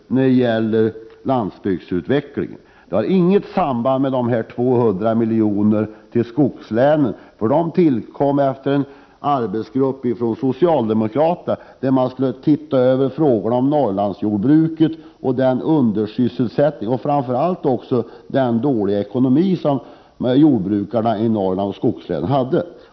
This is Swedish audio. Det gäller då landsbygdsutvecklingen. Men den saken har inte något samband med de 200 miljonerna till skogslänen. Det anslaget tillkom tack vare en socialdemokratisk arbetsgrupp. Syftet var att man skulle se över frågorna om Norrlandsjordbruket och undersysselsättningen. Men framför allt gällde det den dåliga ekonomi som jordbrukarna i de norrländska skogslänen hade.